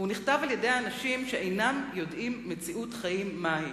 נכתבו בידי אנשים שאינם יודעים מציאות חיים מה היא.